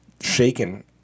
shaken